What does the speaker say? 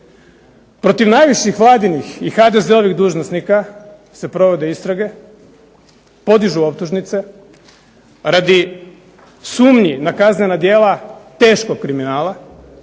Protiv najvišim vladinih i HDZ-ovih dužnosnika se provode istrage, podižu optužnice radi sumnji na kaznena djela teškog kriminala,